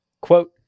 Quote